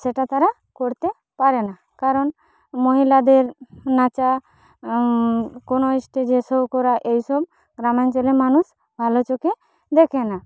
সেটা তারা করতে পারেনা কারণ মহিলাদের নাচা কোন স্টেজে শো করা এইসব গ্রামাঞ্চলের মানুষ ভালো চোখে দেখে না